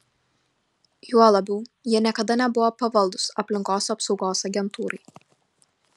juo labiau jie niekada nebuvo pavaldūs aplinkos apsaugos agentūrai